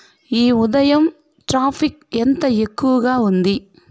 ఈ ఉదయం ట్రాఫిక్ ఎంత ఎక్కువగా ఉంది